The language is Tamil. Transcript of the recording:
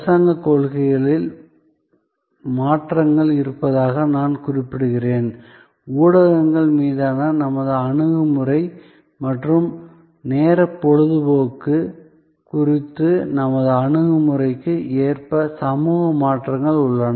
அரசாங்கக் கொள்கைகளில் மாற்றங்கள் இருப்பதாக நான் குறிப்பிடுகிறேன் ஊடகங்கள் மீதான நமது அணுகுமுறை மற்றும் நேர பொழுதுபோக்கு குறித்த நமது அணுகுமுறைக்கு ஏற்ப சமூக மாற்றங்கள் உள்ளன